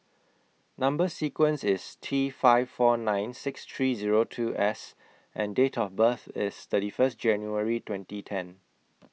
Number sequence IS T five four nine six three Zero two S and Date of birth IS thirty First January twenty ten